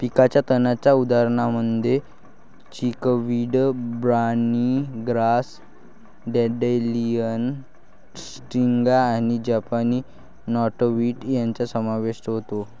पिकाच्या तणांच्या उदाहरणांमध्ये chickweed, barnyard grass, dandelion, striga आणि जपानी नॉटवीड यांचा समावेश होतो